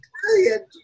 brilliant